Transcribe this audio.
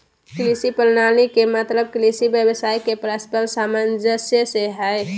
कृषि प्रणाली के मतलब कृषि व्यवसाय के परस्पर सामंजस्य से हइ